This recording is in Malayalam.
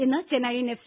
ഇന്ന് ചെന്നൈയിൻ എഫ്